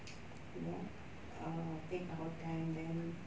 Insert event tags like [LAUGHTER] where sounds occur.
[NOISE] you know err take our time then